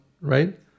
right